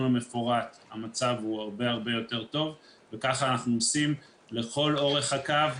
המפורט המצב הוא הרבה יותר טוב וכך אנחנו עושים לכל אורך הקו.